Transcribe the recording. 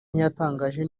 ntiyatangaje